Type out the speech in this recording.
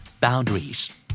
boundaries